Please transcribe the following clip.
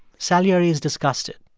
salieri is disgusted.